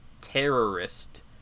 terrorist